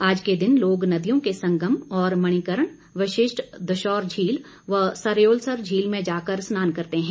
आज के दिन लोग नदियों के संगम और मणिकर्ण वशिष्ट दशौर झील व सरयोलसर झील में जाकर स्नान करते हैं